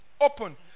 Open